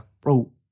Bro